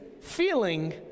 feeling